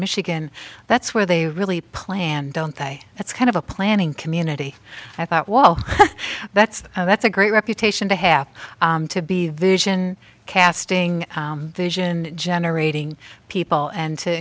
michigan that's where they really plan don't they that's kind of a planning community i thought well that's that's a great reputation to have to be vision casting vision generating people and to